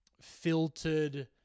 filtered